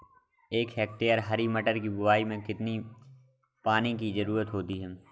एक हेक्टेयर हरी मटर की बुवाई में कितनी पानी की ज़रुरत होती है?